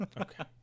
Okay